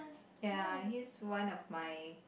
ya he is one of my